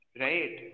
Right